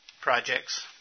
projects